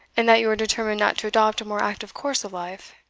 and that you are determined not to adopt a more active course of life?